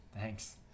Thanks